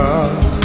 God